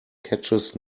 catches